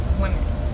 women